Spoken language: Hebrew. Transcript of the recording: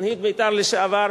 מנהיג בית"ר לשעבר,